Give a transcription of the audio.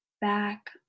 back